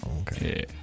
okay